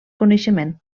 coneixement